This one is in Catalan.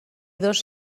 dos